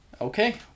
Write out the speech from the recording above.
Okay